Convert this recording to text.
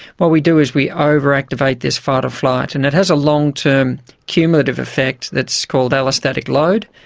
what we do is we over-activate this fight or flight, and it has a long-term cumulative effect that's called allostatic load.